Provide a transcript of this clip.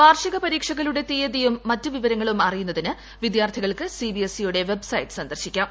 വാർഷിക പരീക്ഷകളുടെ തീയതിയും മറ്റ് വിവരങ്ങളും അറിയുന്നതിന് വിദ്യാർത്ഥികൾക്ക് സിബിഎസ്ഇയുടെ വെബ്സൈറ്റ് സന്ദർശിക്കാം